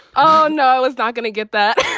oh, no, it's not going to get that